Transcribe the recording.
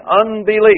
unbelief